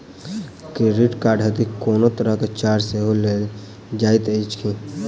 Credit card हेतु कोनो तरहक चार्ज सेहो लेल जाइत अछि की?